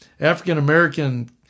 African-American